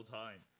time